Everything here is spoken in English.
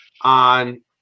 on